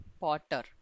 potter